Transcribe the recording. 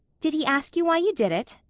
did he ask you why you did it?